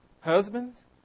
Husbands